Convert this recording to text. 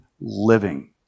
living